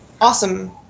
awesome